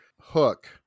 Hook